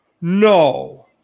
No